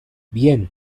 bien